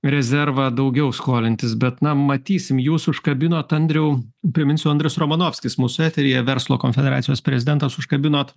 rezervą daugiau skolintis bet na matysim jūs užkabinot andriau priminsiu andrius romanovskis mūsų eteryje verslo konfederacijos prezidentas užkabinot